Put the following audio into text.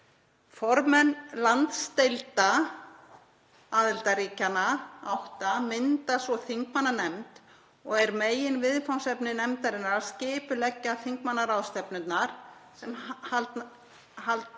Formenn landsdeilda aðildarríkjanna átta mynda svo þingmannanefnd og er meginviðfangsefni nefndarinnar að skipuleggja þingmannaráðstefnuna sem haldin